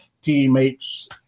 teammates